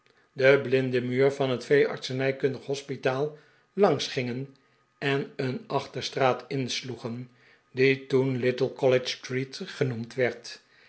den blinden muur van het veeartsenijkundig hospitaal langs gingen en een achterstraat inslo'egen die toen little collegestreet genoemd werd